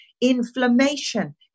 Inflammation